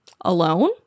Alone